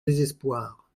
désespoir